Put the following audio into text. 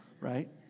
right